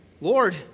Lord